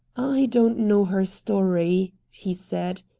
i don't know her story, he said.